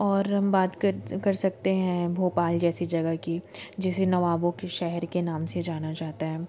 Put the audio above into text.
और हम बात कर सकते हैं भोपाल जैसी जगह की जिसे नवाबों के शहर के नाम से जाना जाता है